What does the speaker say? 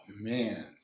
man